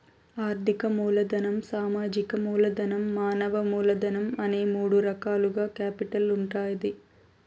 ఆర్థిక మూలధనం, సామాజిక మూలధనం, మానవ మూలధనం అనే మూడు రకాలుగా కేపిటల్ ఉంటాది